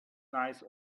nice